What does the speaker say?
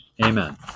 Amen